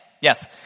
yes